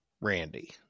randy